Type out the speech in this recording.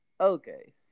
okay